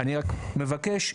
אני מבקש,